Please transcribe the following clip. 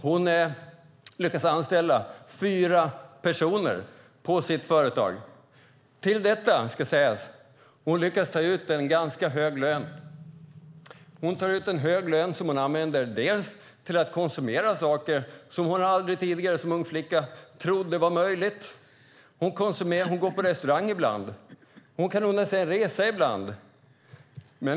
Hon anställer fyra personer på sitt företag. Hon lyckas också ta ut en ganska hög lön som hon delvis använder till att konsumera saker som hon som ung flicka inte trodde var möjligt. Hon går på restaurang ibland. Hon kan unna sig en resa ibland.